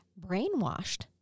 brainwashed